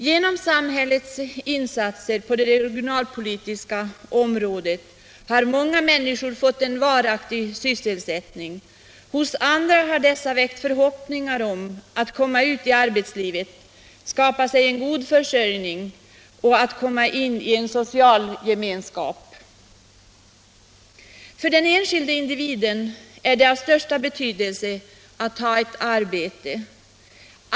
Genom samhällets insatser på det regionalpolitiska området har många människor fått en varaktig sysselsättning, hos andra har dessa väckt förhoppningar om att komma ut i arbetslivet, skapa sig en god försörjning och att komma med i en social gemenskap. För den enskilde individen är det av största betydelse att ha ett arbete.